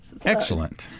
Excellent